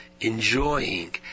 enjoying